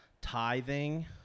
tithing